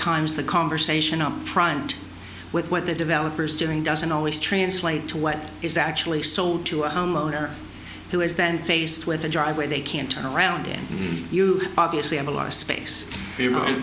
the conversation up front with what the developers doing doesn't always translate to what is actually sold to a homeowner who is then faced with a driveway they can't turn around and you obviously have a lot of space